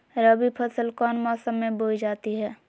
रबी फसल कौन मौसम में बोई जाती है?